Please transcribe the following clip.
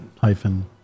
hyphen